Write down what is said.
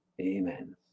Amen